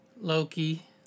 Loki